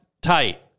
tight